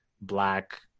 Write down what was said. black